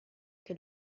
che